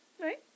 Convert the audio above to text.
right